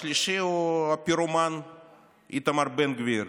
השלישי הוא הפירומן איתמר בן גביר,